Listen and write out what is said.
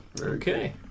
Okay